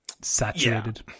saturated